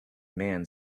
man